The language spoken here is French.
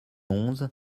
onze